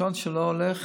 שעון שלא הולך